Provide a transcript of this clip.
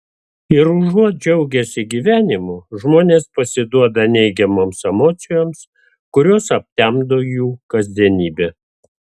ir užuot džiaugęsi gyvenimu žmonės pasiduoda neigiamoms emocijoms kurios aptemdo jų kasdienybę